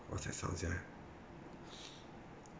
what's that sounds ya